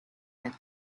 had